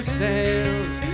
sails